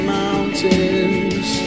mountains